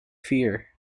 fear